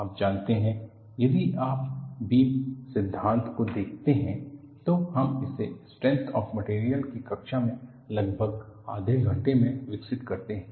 आप जानते हैं यदि आप बीम सिद्धांत को देखते हैं तो हम इसे स्ट्रेंथ ऑफ मटेरियल की कक्षा में लगभग आधे घंटे में विकसित करते हैं